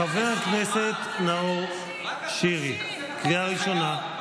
חבר הכנסת נאור שירי, קריאה ראשונה.